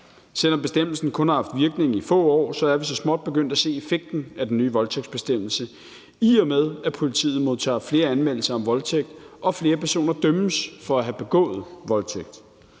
Selv om bestemmelsen kun har haft virkning i få år, er vi så småt begyndt at se effekten af den nye voldtægtsbestemmelse, i og med at politiet modtager flere anmeldelser af voldtægt og flere personer dømmes for at have begået voldtægt.